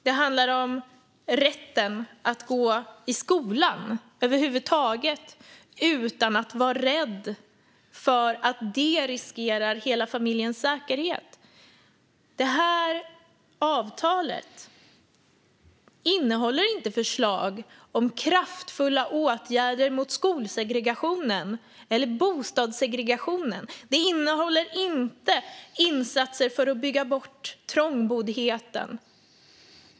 Det handlar om rätten att gå i skolan över huvud taget utan att behöva vara rädd för att det riskerar hela familjens säkerhet. Det här avtalet innehåller inga förslag om kraftfulla åtgärder mot skolsegregationen eller bostadssegregationen. Det innehåller inga insatser för att bygga bort trångboddheten.